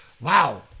wow